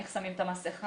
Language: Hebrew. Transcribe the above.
איך שמים את המסכה,